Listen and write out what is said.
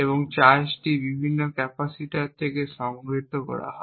এবং চার্জটি বিভিন্ন ক্যাপাসিটারে সঞ্চিত থেকে সংরক্ষণ করা হয়